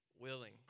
willing